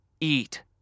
Eat